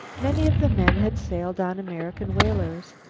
many of the men had sailed on american whalers.